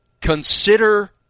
consider